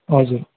हजुर